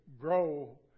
grow